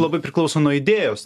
labai priklauso nuo idėjos